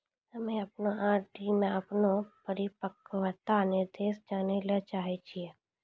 हम्मे अपनो आर.डी मे अपनो परिपक्वता निर्देश जानै ले चाहै छियै